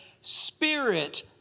spirit